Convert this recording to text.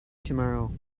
tomorrow